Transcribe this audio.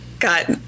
got